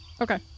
Okay